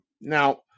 now